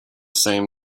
same